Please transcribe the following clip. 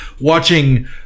watching